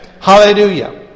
Hallelujah